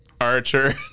Archer